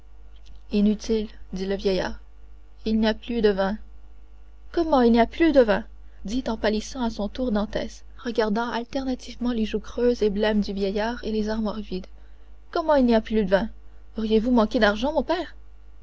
inutile dit le vieillard il n'y a plus de vin comment il n'y a plus de vin dit en pâlissant à son tour dantès regardant alternativement les joues creuses et blêmes du vieillard et les armoires vides comment il n'y a plus de vin auriez-vous manqué d'argent mon père